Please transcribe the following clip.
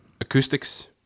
acoustics